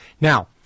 Now